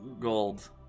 Gold